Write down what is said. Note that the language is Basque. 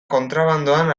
kontrabandoan